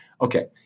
Okay